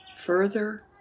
further